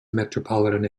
metropolitan